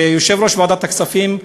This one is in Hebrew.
ויושב-ראש ועדת הכספים,